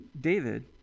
David